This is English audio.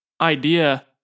idea